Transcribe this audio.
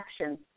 action